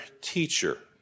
teacher